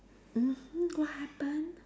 mmhmm what happened